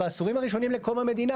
בעשורים הראשונים לקום המדינה,